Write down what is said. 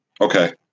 Okay